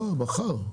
לא, מחר.